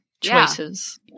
choices